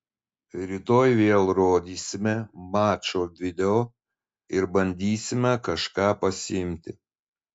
rytoj vėl rodysime mačo video ir bandysime kažką pasiimti